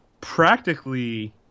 practically